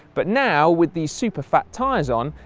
but now with the super-fat tyres on,